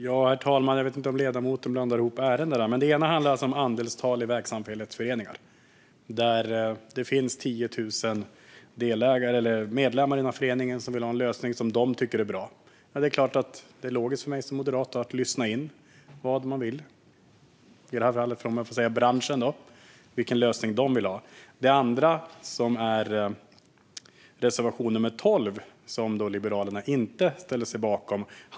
Herr talman! Jag vet inte om ledamoten blandar ihop ärendena. Det ena handlar om andelstal i vägsamfällighetsföreningar. Det kan finnas 10 000 delägare - medlemmar - i föreningen som vill ha en lösning som de tycker är bra. För mig som moderat är det logiskt att lyssna in vad man vill i "branschen"; vilken lösning de vill ha. Det andra ärendet gäller reservation 12, som Liberalerna inte ställer sig bakom.